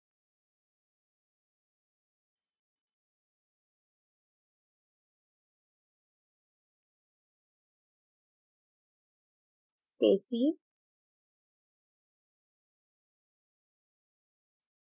stacey